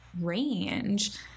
range